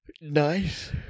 Nice